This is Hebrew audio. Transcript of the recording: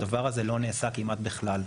הדבר הזה לא נעשה כמעט בכלל,